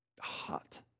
hot